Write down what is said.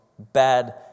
Bad